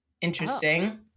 Interesting